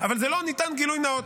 אבל לא ניתן גילוי נאות.